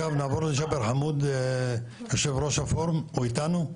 נעבור לג'בר חמוד, יושב ראש הפורום, איתנו?